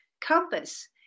compass